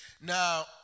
Now